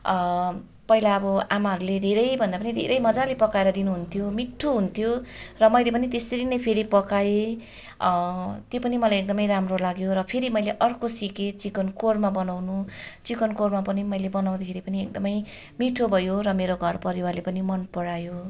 पहिला अब आमाहरूले धेरै भन्दा पनि धेरै मज्जाले पकाएर दिनु हुन्थ्यो मिठो हुन्थ्यो र मैले पनि त्यसरी नै फेरि पकाएँ त्यो पनि मलाई एकदमै राम्रो लाग्यो र फेरि मैले अर्को सिकेँ चिकन कोर्मा बनाउनु चिकन कोर्मा मलाई बनाउँदाखेरि पनि एकदमै मिठो भयो र मेरो घर परिवारले पनि मन परायो